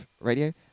radio